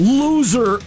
loser